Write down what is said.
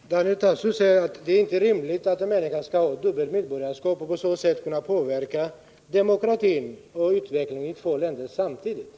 Fru talman! Daniel Tarschys säger att det inte är rimligt att en människa skall ha dubbelt medborgarskap och på så sätt kunna påverka demokratin och utvecklingen i två länder samtidigt.